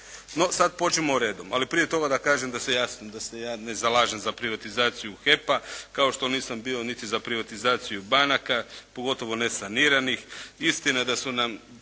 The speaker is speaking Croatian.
No, sada pođimo redom, ali prije toga kažem da se ja ne zalažem za privatizaciju HEP-a, kao što nisam bio niti za privatizaciju banaka, pogotovo ne saniranih. Istina da su nam